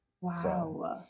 Wow